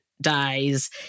dies